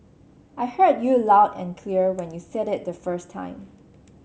I heard you loud and clear when you said it the first time